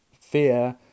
fear